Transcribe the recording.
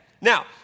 Now